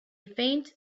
faint